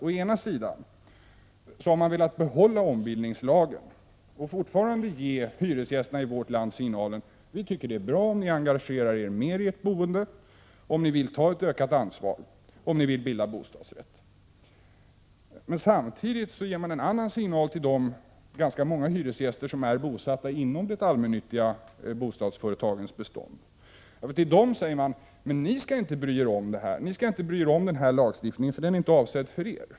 Å ena sidan har man velat behålla ombildningslagen och fortfarande ge hyresgästerna i vårt land signalen att man tycker att det är bra om de engagerar sig mer i sitt boende, om de vill ta ett ökat ansvar och bilda bostadsrätt. Å andra sidan ger man en annan signal till de ganska många hyresgäster som är bosatta inom de allmännyttiga bostadsföretagens bestånd. Till dem säger man: Ni skall inte bry er om denna lagstiftning, för den är inte avsedd för er.